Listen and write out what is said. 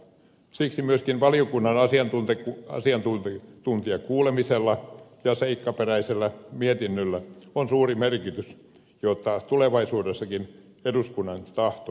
siksi myöskin valiokunnan asiantuntijakuulemisella ja seikkaperäisellä mietinnöllä on suuri merkitys jotta tulevaisuudessakin eduskunnan tahto toteutuu